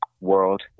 world